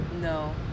No